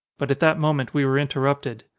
but at that moment we were interrupted.